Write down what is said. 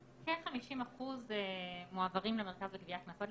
כ-50% מועברים למרכז לגביית קנסות.